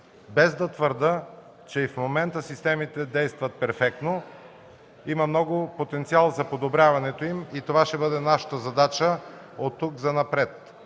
без да твърдя, че и в момента системите действат перфектно. Има много потенциал за подобряването им и това ще бъде нашата задача от тук занапред.